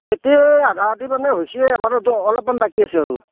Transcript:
খেতি আধা আধি মানে হৈছি আৰু আমাৰো অলপমান বাকী আছে আৰু